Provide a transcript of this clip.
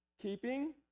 Keeping